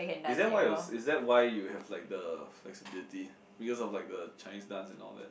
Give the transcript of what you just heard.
is that why yours is that why you have like the flexibility because of like the Chinese dance and all that